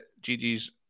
Gigi's